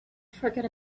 forgot